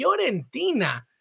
Fiorentina